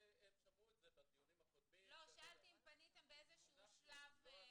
הם שמעו את זה בדיונים הקודמים -- שאלתי אם פניתם באיזשהו שלב.